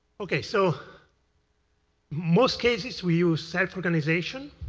okay. so most cases, we use self-organization,